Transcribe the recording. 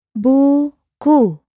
Buku